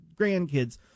grandkids